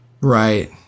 Right